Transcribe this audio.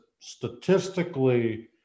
statistically